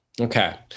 Okay